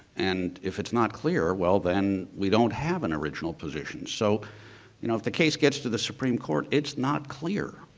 and if it's not clear well then, we don't have an original position. so, you know, if the case gets to the supreme court it's not clear.